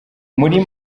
muri